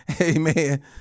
amen